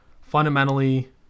fundamentally